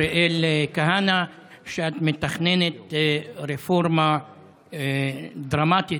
אריאל כהנא שאת מתכננת רפורמה דרמטית,